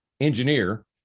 engineer